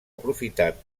aprofitat